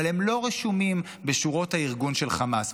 אבל הם לא רשומים בשורות הארגון חמאס,